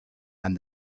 and